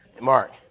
Mark